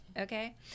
okay